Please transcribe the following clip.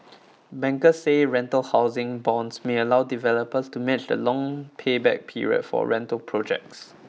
bankers say rental housing bonds may allow developers to match the long payback period for rental projects